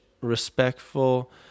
respectful